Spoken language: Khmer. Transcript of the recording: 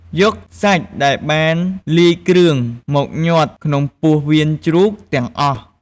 យកសាច់ដែលបានលាយគ្រឿង មកញាត់ក្នុងពោះវៀនជ្រូកទាំងអស់។